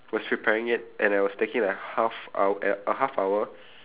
was preparing it and I was taking like half hou~ uh a half hour